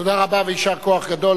תודה רבה ויישר כוח גדול.